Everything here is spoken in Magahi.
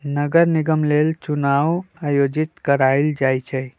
नगर निगम लेल चुनाओ आयोजित करायल जाइ छइ